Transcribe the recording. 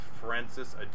Francis